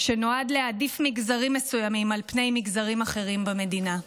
שנועד להעדיף מגזרים מסוימים על פני מגזרים אחרים במדינה.